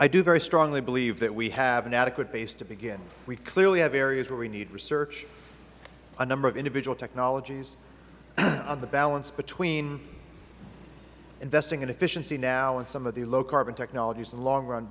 i do very strongly believe that we have an adequate base to begin we clearly have areas where we need research a number of individual technologies on the balance between investing in efficiency now and some of the low carbon technologies in the long run